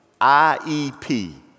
IEP